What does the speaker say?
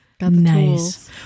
Nice